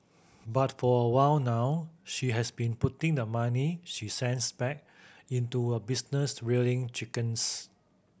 but for a while now she has been putting the money she sends back into a business rearing chickens